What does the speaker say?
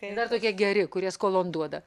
ir dar tokie geri kurie skolon duoda